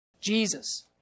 Jesus